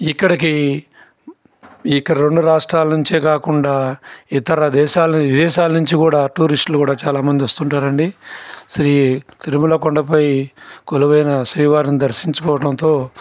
ఇక్కడికి ఇక్కడ రెండు రాష్ట్రాల నుంచి కాకుండా ఇతర దేశాలు విదేశాల నుంచి కూడా టూరిస్టులు కూడా చాలామంది వస్తు ఉంటారు అండి శ్రీ తిరుమల కొండపై కొలువైన శ్రీవారిని దర్శించుకోవడంతో